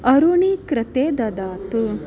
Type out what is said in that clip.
आरुणिः कृते ददातु